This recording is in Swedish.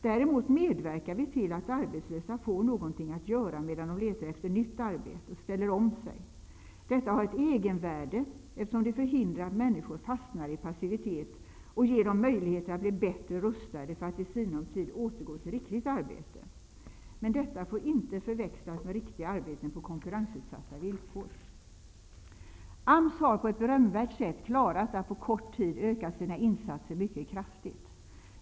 Däremot medverkar vi till att arbetslösa får någonting att göra medan de letar efter nytt arbete och ställer om sig. Detta har ett egenvärde, eftersom det förhindrar att människor fastnar i passivitet och ger dem möjlighet att bli bättre rustade för att i sinom tid återgå till riktigt arbete. Men detta får inte förväxlas med riktiga arbeten på konkurrensutsatta villkor. AMS har på ett berömvärt sätt klarat av att på kort tid öka sina insatser mycket kraftigt.